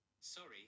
Sorry